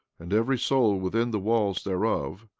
and every soul within the walls thereof,